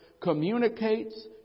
communicates